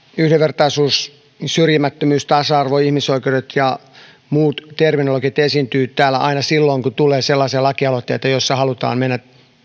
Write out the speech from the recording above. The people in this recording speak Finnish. yhdenvertaisuus syrjimättömyys tasa arvo ihmisoikeudet ja muu terminologia esiintyvät täällä aina silloin kun tulee sellaisia lakialoitteita joissa halutaan mennä